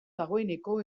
dagoeneko